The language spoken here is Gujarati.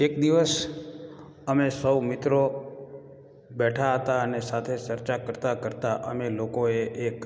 એક દિવસ અમે સૌ મિત્રો બેઠા હતા અને સાથે ચર્ચા કરતાં કરતાં અમે લોકો એ એક